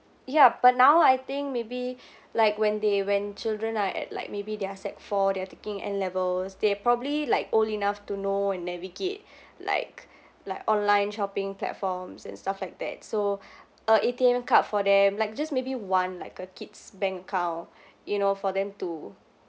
ya but now I think maybe like when they when children are at like maybe they're sec four they're taking N levels they're probably like old enough to know and navigate like like online shopping platforms and stuff like that so a A_T_M card for them like just maybe one like a kid's bank account you know for them to